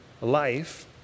life